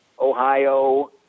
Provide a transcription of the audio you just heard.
Ohio